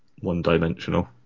one-dimensional